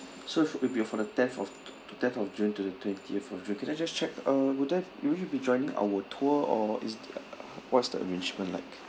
so it will for the tenth of tenth of june to the twentieth of june can I just check uh would there would you be joining our tour or is what's the arrangement like